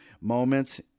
moments